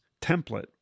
template